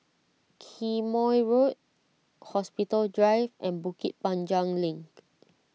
Quemoy Road Hospital Drive and Bukit Panjang Link